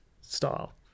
style